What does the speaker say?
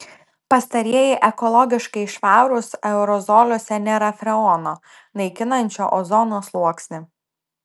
pastarieji ekologiškai švarūs aerozoliuose nėra freono naikinančio ozono sluoksnį